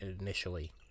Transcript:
initially